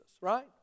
right